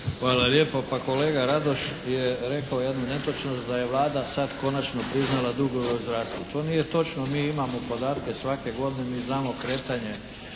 Hvala lijepo. Pa kolega Radoš je rekao jednu netočnost da je Vlada sad konačno priznala dugove u zdravstvu. To nije točno. Mi imamo podatke svake godine mi znamo kretanje